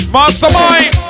Mastermind